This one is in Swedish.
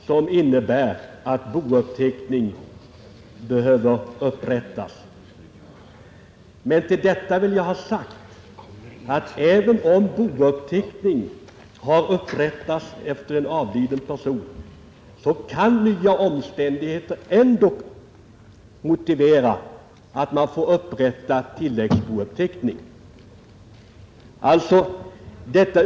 Herr talman! Det är riktigt att nya omständigheter kan uppkomma som gör att bouppteckning måste upprättas, men det kan bli nödvändigt att upprätta en tilläggsbouppteckning även i de fall då vanlig bouppteckning har förrättats, om nämligen nya omständigheter tillkommer.